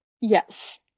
yes